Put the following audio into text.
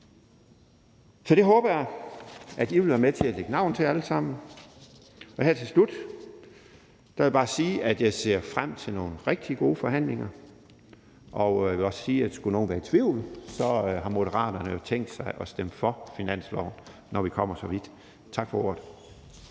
Så det håber jeg at I alle sammen vil være med til at lægge navn til. Her til slut vil jeg bare sige, at jeg ser frem til nogle rigtig gode forhandlinger, og jeg vil også sige, at skulle nogen være i tvivl, så har Moderaterne jo tænkt sig at stemme for finanslovsforslaget, når vi kommer så vidt. Tak for ordet.